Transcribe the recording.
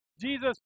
Jesus